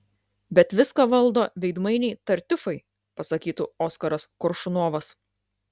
bet viską valdo veidmainiai tartiufai pasakytų oskaras koršunovas